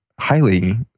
highly